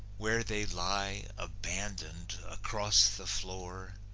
where they lie, abandoned, across the floor,